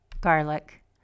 garlic